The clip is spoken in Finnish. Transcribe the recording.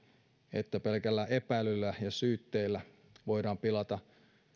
että pelkällä epäilyllä ja syytteillä voidaan pilata